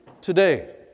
today